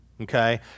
okay